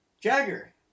Jagger